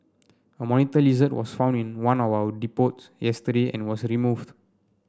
a monitor lizard was found in one of our depots yesterday and was removed